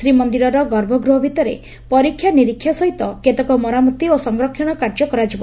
ଶ୍ରୀମନ୍ଦିରର ଗର୍ଭଗୃହ ଭିତରେ ପରୀକ୍ଷା ନିରୀକ୍ଷା ସହିତ କେତେକ ମରାମତି ଓ ସଂରକ୍ଷଣ କାର୍ଯ୍ୟ କରାଯିବ